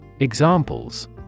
Examples